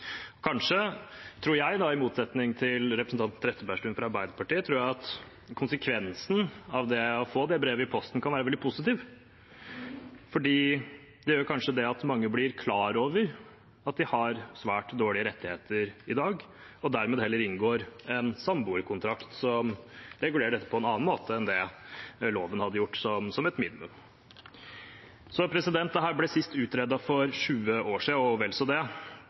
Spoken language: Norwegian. tror kanskje – i motsetning til representanten Trettebergstuen fra Arbeiderpartiet – at konsekvensen av å få det brevet i posten kan være veldig positiv, fordi det gjør at mange kanskje blir klar over at de har svært dårlige rettigheter i dag, og dermed heller inngår en samboerkontrakt, som regulerer dette på en annen måte enn det loven hadde gjort som et minimum. Dette ble sist utredet for 20 år siden og vel så det.